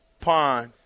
Pond